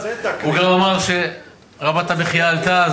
הוא גם אמר שרמת המחיה עלתה.